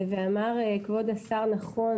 ואמר כבוד השר נכון,